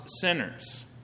sinners